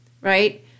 right